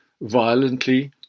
violently